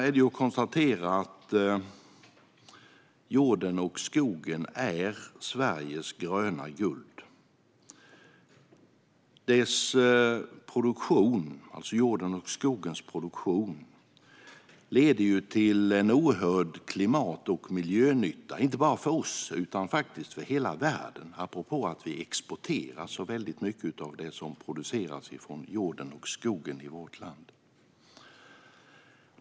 Vi kan konstatera att jorden och skogen är Sveriges gröna guld. Jordens och skogens produktion leder ju till oerhörd klimat och miljönytta, inte bara för oss utan faktiskt för hela världen, apropå att vi exporterar så mycket av det som produceras av jorden och skogen i vårt land.